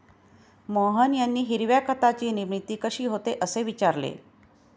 मोहन यांनी हिरव्या खताची निर्मिती कशी होते, असे विचारले